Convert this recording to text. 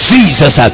Jesus